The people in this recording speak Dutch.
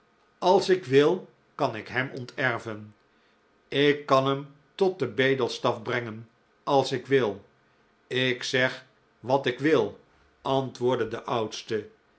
als ik wil kan ik hem onterven ik kan hem tot den bedelstaf brengen als ik wil ik zeg wat ik wil antwoordde de oudste